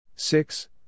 Six